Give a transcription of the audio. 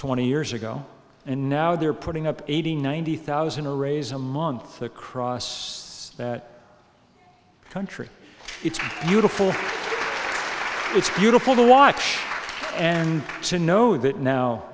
twenty years ago and now they're putting up eighty ninety thousand arrays a month across that country it's beautiful it's beautiful to watch and to know that now